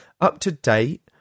up-to-date